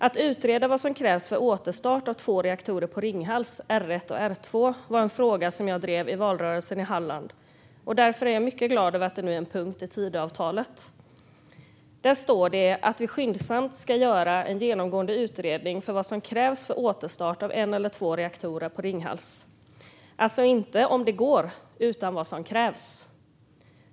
Att utreda vad som krävs för återstart av två reaktorer på Ringhals, R1 och R2, var en fråga som jag drev i valrörelsen i Halland, och därför är jag mycket glad över att det nu är en punkt i Tidöavtalet. Där står det att vi skyndsamt ska göra en genomgående utredning av vad som krävs för återstart av en eller två reaktorer på Ringhals - alltså inte om det går, utan vad som krävs.